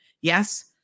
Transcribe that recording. yes